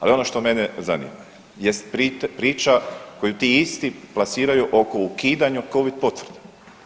Ali ono što mene zanima jest priča koju ti isti plasiraju oko ukidanja covid potvrda.